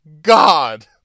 God